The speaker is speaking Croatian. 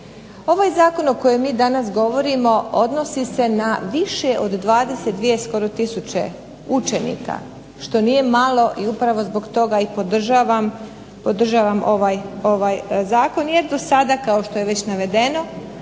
Ovaj zakon o kojem mi danas govorimo odnosi se na više od 22 skoro tisuće učenika što nije malo i upravo i zbog toga podržavam ovaj zakon. Jer do sada kao što je već navedeno